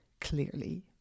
clearly